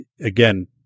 again